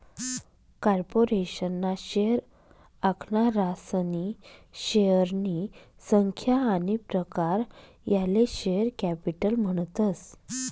corporation ना share आखनारासनी शेअरनी संख्या आनी प्रकार याले शेअर कॅपिटल म्हणतस